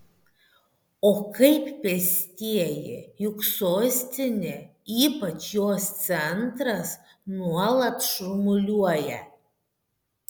o kaip pėstieji juk sostinė ypač jos centras nuolat šurmuliuoja